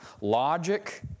logic